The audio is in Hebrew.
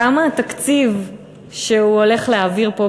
כמה התקציב שהוא הולך להעביר פה,